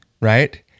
right